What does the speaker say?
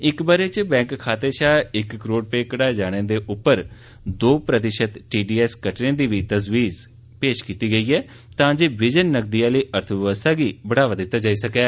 इक ब'रे च बैंक खाते शा इक करोड़ रपे कडायें जानें उप्पर दो प्रतिशत टीडीएस कट्टनें दी बी तजवीज पेश कीती गेई ऐ तां जे विजन नकदी आहली अर्थ व्यवस्था गी बढ़ावा दिता जाई सकै